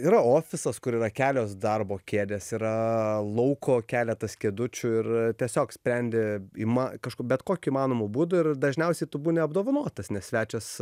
yra ofisas kur yra kelios darbo kėdės yra lauko keletas kėdučių ir tiesiog sprendi ima kažko bet kokiu įmanomu būdu ir dažniausiai tu būni apdovanotas nes svečias